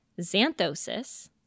xanthosis